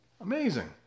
amazing